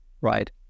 right